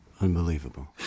Unbelievable